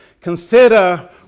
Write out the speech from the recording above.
consider